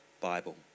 Bible